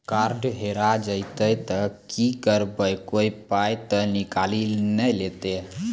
Card हेरा जइतै तऽ की करवै, कोय पाय तऽ निकालि नै लेतै?